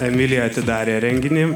emilija atidarė renginį